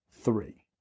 three